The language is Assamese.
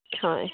হয়